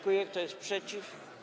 Kto jest przeciw?